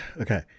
okay